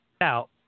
out